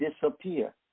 disappear